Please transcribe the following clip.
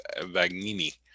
Vagnini